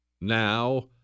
Now